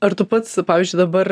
ar tu pats pavyzdžiui dabar